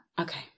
Okay